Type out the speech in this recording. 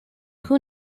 who